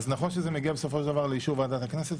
אז נכון שזה מגיע בסופו של דבר לאישור ועדת הכנסת,